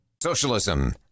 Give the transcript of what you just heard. socialism